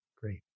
Great